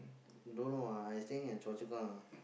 don't know ah I staying at Choa-Chu-Kang ah